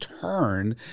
turn